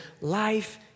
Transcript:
Life